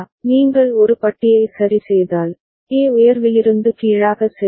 நீங்கள் ஒரு பட்டியை சரி செய்தால் A உயர்விலிருந்து கீழாக செல்லும்